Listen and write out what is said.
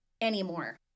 anymore